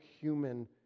human